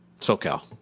SoCal